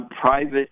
private